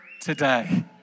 today